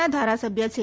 ના ધારાસભ્ય છે